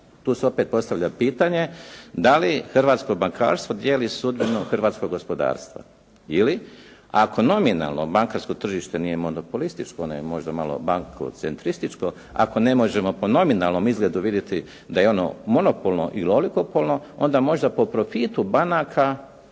Tu se opet postavlja pitanje da li hrvatsko bankarstvo dijeli sudbinu hrvatskog gospodarstva ili ako nominalno bankarsko tržište nije monopolističko, ono je možda malo bankocentrističko, ako ne možemo po nominalnom izgledu vidjeti da je ono monopolno ili olihopolno, onda možda po profitu banaka